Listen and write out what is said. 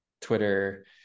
Twitter